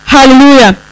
Hallelujah